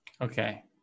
Okay